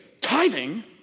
tithing